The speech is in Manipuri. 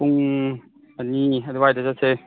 ꯄꯨꯡ ꯑꯅꯤ ꯑꯗꯨꯋꯥꯏꯗ ꯆꯠꯁꯦ